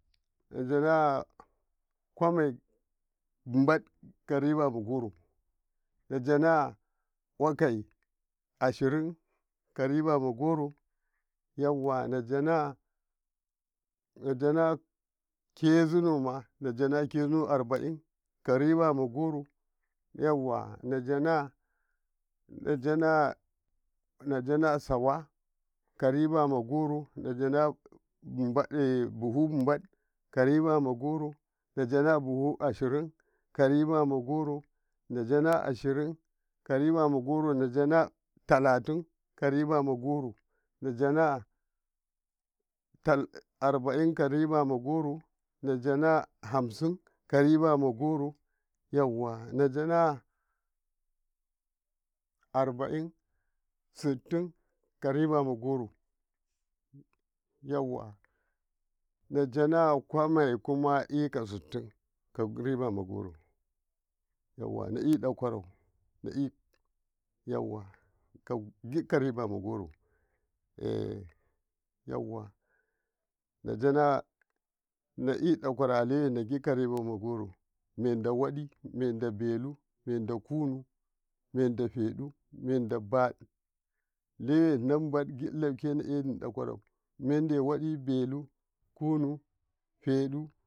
najana kwammai umbad ka riba ma goro najana okai ashirin karibama goro najana kezinoma arbane ka ribama goro yawa najana najana sawa ka ribama goro najana ashiri ka ribama goro najana abaie ka ribama goro najana umbale buhu umbale ka ribama goro najana buhu ashiri ka ribama goro najana ashiri ka ribama goro najana talati ka ribama goro najana hangin karibama goro yawa najana kwamme ikasitin ka ribama goro a yawa najana naidakworo gi ka ribama goro midawadi midadelu midakunu midafedu midababin liyeno umbale kowane naianidokworo medano wadi delu kunu fedu badule.